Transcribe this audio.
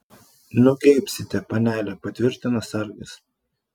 nugeibsite panele patvirtino sargas